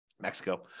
Mexico